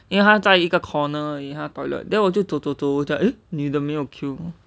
因为它在一个 corner 而已它的 toilet then 我就走走走我讲 like eh 女的没有